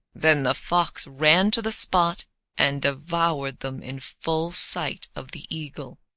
then the fox ran to the spot and devoured them in full sight of the eagle.